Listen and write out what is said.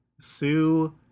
Sue